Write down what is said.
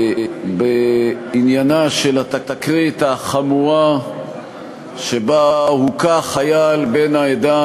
בעניין התקרית החמורה שבה הוכה חייל בן העדה